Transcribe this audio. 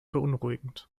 beunruhigend